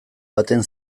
baten